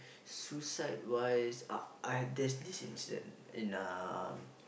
suicide wise ah there's this incident in uh